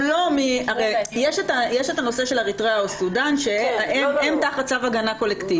הרי יש את הנושא של אריתראה וסודן שהם תחת צו הגנה קולקטיבי.